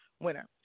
winner